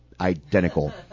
identical